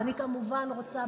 וגם להם מגיעה